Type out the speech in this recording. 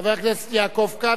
חבר הכנסת יעקב כץ,